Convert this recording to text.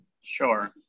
Sure